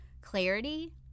clarity